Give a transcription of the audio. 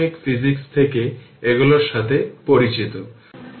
সুতরাং চিত্র আমি ইতিমধ্যে দেখিয়েছি